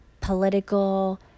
political